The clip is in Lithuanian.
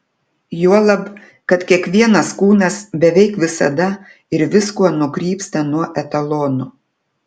juolab kad kiekvienas kūnas beveik visada ir viskuo nukrypsta nuo etalono